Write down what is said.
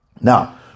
Now